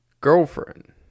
girlfriend